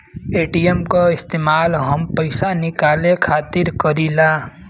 ATM क इस्तेमाल हम पइसा निकाले खातिर करीला